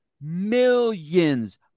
millions